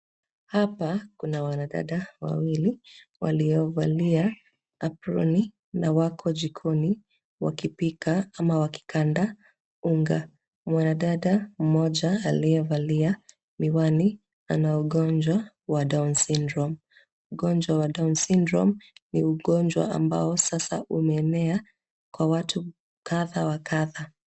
Hapa kuna wanadada wawili waliovalia aproni na wako jikoni wakipika ama wakikanda unga. Mwanadada mmoja aliyevalia miwani ana ugonjwa wa cs[down syndrome]cs. Ugonjwa wa cs[down syndrome]cs ni ugonjwa ambao sasa umeenea kwa watu kadhaa wa kadhaa.